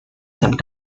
some